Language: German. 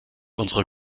unserer